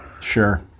Sure